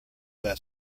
that